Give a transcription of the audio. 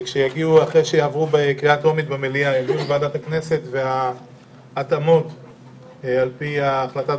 שכשיגיעו לוועדת הכנסת אחרי שיעברו